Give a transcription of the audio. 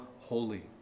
holy